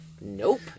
Nope